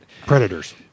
predators